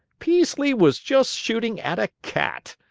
peaslee was just shooting at a cat.